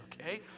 okay